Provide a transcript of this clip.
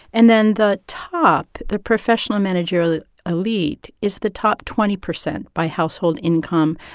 and then the top the professional managerial elite is the top twenty percent by household income.